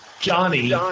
Johnny